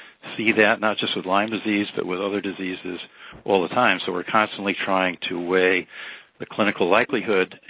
see that not just with lyme disease, but with other diseases all the time. so, we're constantly trying to weigh the clinical likelihood